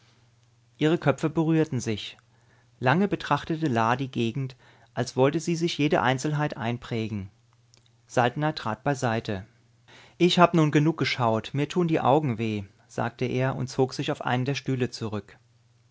ihre köpfe berührten sich lange betrachtete la die gegend als wollte sie sich jede einzelheit einprägen saltner trat beiseite ich hab nun genug geschaut mir tun die augen weh sagte er und zog sich auf einen der stühle zurück